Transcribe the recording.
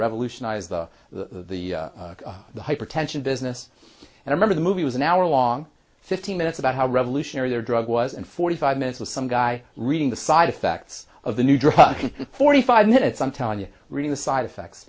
revolutionize the the hypertension business and remember the movie was an hour long fifteen minutes about how revolutionary their drug was in forty five minutes with some guy reading the side effects of the new drugs forty five minutes i'm telling you really the side effects